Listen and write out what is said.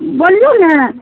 बोलू ने